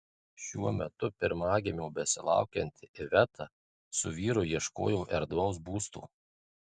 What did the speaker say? šiuo metu pirmagimio besilaukianti iveta su vyru ieškojo erdvaus būsto